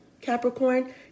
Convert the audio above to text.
Capricorn